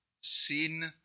sin